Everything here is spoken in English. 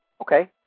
Okay